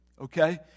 okay